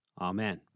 Amen